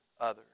others